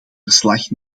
verslag